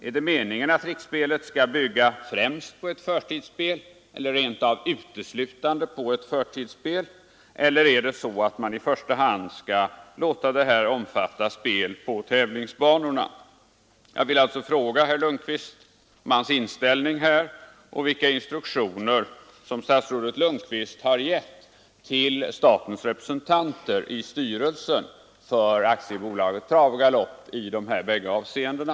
Är det meningen att riksspelet skall byggas främst eller rent av uteslutande på ett förtidsspel, eller skall man i första hand låta detta omfatta spel på tävlingsbanorna?